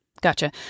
Gotcha